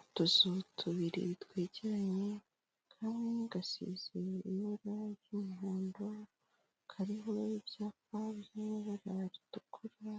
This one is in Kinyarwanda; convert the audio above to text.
Utuzu tubiri twegeranye, kamwe gasize ibara ry'umuhondo, kariho ibyapa by'ibara ritukura,